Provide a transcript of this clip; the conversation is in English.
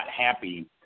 happy